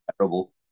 Terrible